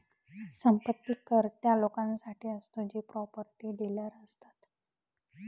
संपत्ती कर त्या लोकांसाठी असतो जे प्रॉपर्टी डीलर असतात